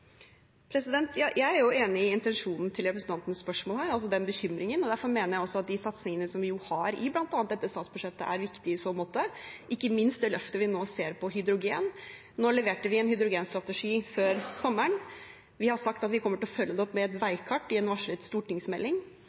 Jeg er enig i intensjonen i representantens spørsmål, altså den bekymringen, og derfor mener jeg at de satsingene vi har, bl.a. i dette statsbudsjettet, er viktige i så måte, ikke minst det løftet vi nå ser på hydrogen. Vi leverte en hydrogenstrategi før sommeren, og vi har sagt at vi kommer til å følge det opp med et veikart i en varslet stortingsmelding.